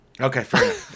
Okay